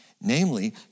Namely